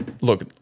Look